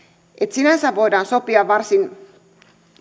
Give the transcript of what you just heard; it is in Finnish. sinänsä voidaan sopia varsin